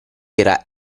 era